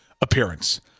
appearance